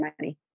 money